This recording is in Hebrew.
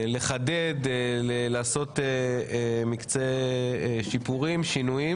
לחוק-יסוד: הממשלה (תיקון) (ביקורת שיפוטית לעניין כשירות במינוי),